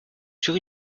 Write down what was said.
sur